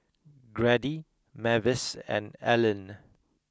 Grady Mavis and Ellyn